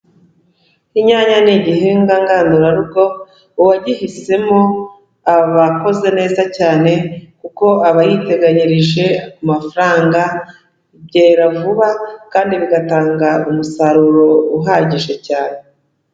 Inyanya ni igihingwa ngandurarugo, uwagihisemo aba akoze neza cyane kuko aba yiteganyirije ku mafaranga, byera vuba kandi bigatanga umusaruro uhagije cyane.